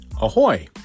Ahoy